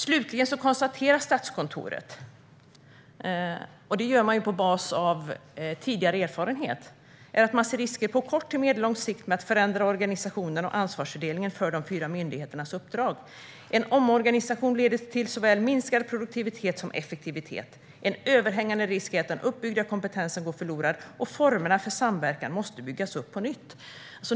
Slutligen konstaterar Statskontoret - och det gör man på basis av tidigare erfarenhet - att man ser "risker på kort till medellång sikt med att förändra organisationen och ansvarsfördelningen för de fyra myndigheternas uppdrag. En omorganisation kan leda till såväl minskad produktivitet som effektivitet. En överhängande risk är att den uppbyggda kompetensen går förlorad och att formerna för samverkan måste byggas upp på nytt."